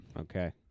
Okay